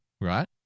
right